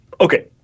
Okay